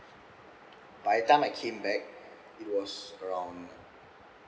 by the time I came back it was around